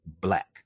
Black